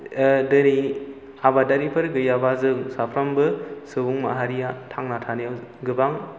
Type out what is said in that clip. दिनै आबादारिफोर गैयाबा जों साफ्रोमबो सुबुं माहारिआ थांना थानायाव गोबां